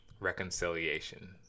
reconciliation